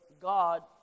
God